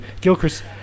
Gilchrist